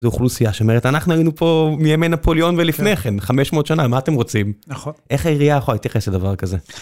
זו אוכלוסייה שאומרת, אנחנו היינו פה מימי נפוליאון ולפני כן, 500 שנה, מה אתם רוצים? נכון. איך העירייה יכולה להתייחס לדבר כזה?